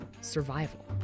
survival